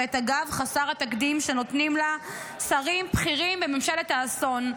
ואת הגב חסר התקדים שנותנים לה שרים בכירים בממשלת האסון,